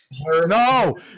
No